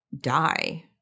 die